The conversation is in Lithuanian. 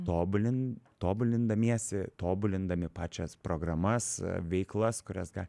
tobulin tobulindamiesi tobulindami pačias programas veiklas kurias ga